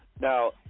Now